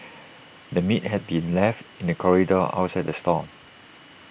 the meat had been left in the corridor outside the stall